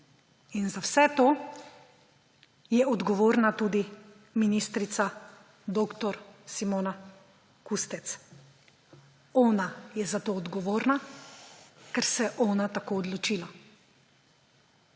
Za vse to je odgovorna tudi ministrica dr. Simona Kustec. Ona je za to odgovorna, ker se je ona tako odločila.